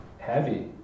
heavy